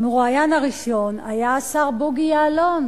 המרואיין הראשון היה השר בוגי יעלון